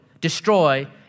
destroy